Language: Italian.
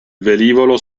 velivolo